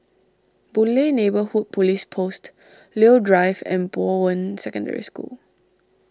Boon Lay Neighbourhood Police Post Leo Drive and Bowen Secondary School